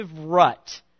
rut